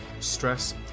Stress